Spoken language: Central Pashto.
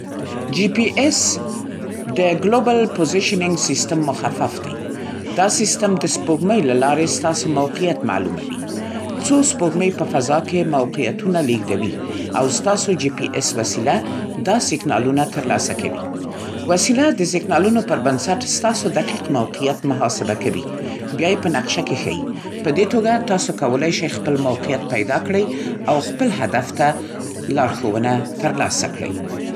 جي پي اس د “ګلوبل پوزیشننګ سیستم” مخفف دی. دا سیسټم د سپوږمۍ له لارې ستاسو موقعیت معلوموي. څو سپوږمۍ په فضا کې موقعیتونه لیږدوي، او ستاسو جي پي اِس وسیله دا سیګنالونه ترلاسه کوي. وسیله د سیګنالونو پر بنسټ ستاسو دقیق موقعیت محاسبه کوي، بیا یې په نقشه کې ښیي. په دې توګه، تاسو کولای شئ خپل موقعیت پیدا کړئ او خپل هدف ته لارښوونه ترلاسه کړئ.